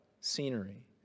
scenery